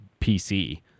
PC